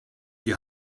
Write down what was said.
die